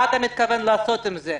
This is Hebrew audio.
מה אתה מתכוון לעשות עם זה?